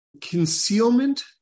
concealment